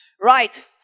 Right